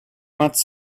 much